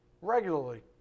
regularly